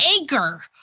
acre